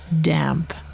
damp